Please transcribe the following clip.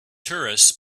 tourists